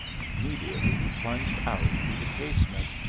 immediately he plunged out through the casement,